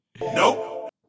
Nope